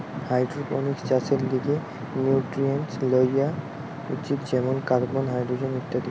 hydroponics চাষের লিগে nutrients লেওয়া উচিত যেমন কার্বন, হাইড্রোজেন ইত্যাদি